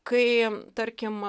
kai tarkim